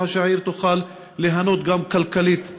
ככה שהעיר תוכל ליהנות גם כלכלית מהתיירות.